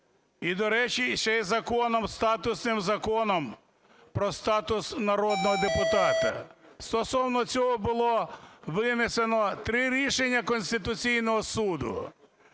і, до речі, ще й законом, статусним Законом про статус народного депутата. Стосовно цього було винесено три рішення Конституційного Суду,